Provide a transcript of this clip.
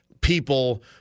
people